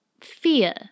fear